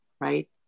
right